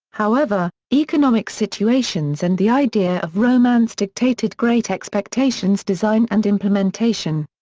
however, economic situations and the idea of romance dictated great expectations' design and implementation.